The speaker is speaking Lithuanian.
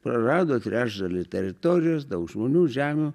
prarado trečdalį teritorijos daug žmonių žemių